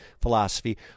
philosophy